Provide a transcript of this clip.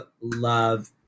love